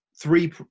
three